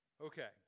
Okay